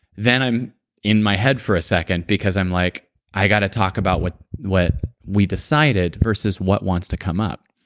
then i'm in my head for a second because i'm like i've got to talk about what what we decided versus what wants to come up